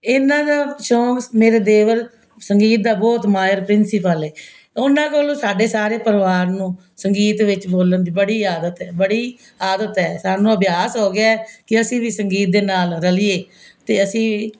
ਇਨ੍ਹਾਂ ਦਾ ਸ਼ੋਂਕ ਮੇਰੇ ਦੇਵਰ ਸੰਗੀਤ ਦਾ ਬਹੁਤ ਮਾਹਿਰ ਪ੍ਰਿੰਸੀਪਲ ਏ ਉਨ੍ਹਾਂ ਕੋਲੋਂ ਸਾਡੇ ਸਾਰੇ ਪਰਿਵਾਰ ਨੂੰ ਸੰਗੀਤ ਵਿੱਚ ਬੋਲਣ ਦੀ ਬੜੀ ਆਦਤ ਹੈ ਬੜੀ ਆਦਤ ਹੈ ਸਾਨੂੰ ਅਭਿਆਸ ਹੋ ਗਿਆ ਹੈ ਕਿ ਅਸੀਂ ਵੀ ਸੰਗੀਤ ਦੇ ਨਾਲ ਰਲੀਏ ਅਤੇ ਅਸੀਂ ਵੀ